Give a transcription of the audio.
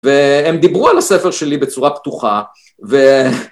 והם דיברו על הספר שלי בצורה פתוחה, ו...